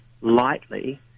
lightly